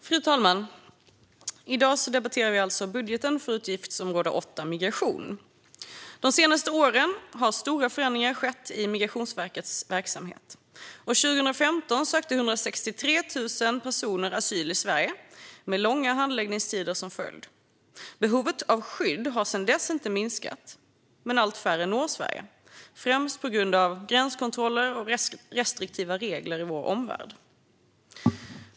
Fru talman! I dag debatterar vi alltså budgeten för utgiftsområde 8 Migration. De senaste åren har stora förändringar skett i Migrationsverkets verksamhet. År 2015 sökte 163 000 personer asyl i Sverige, med långa handläggningstider som följd. Behovet av skydd har sedan dess inte minskat, men allt färre når Sverige, främst på grund av gränskontroller och restriktiva regler i vår omvärld.